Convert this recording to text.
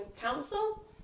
Council